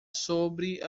sobre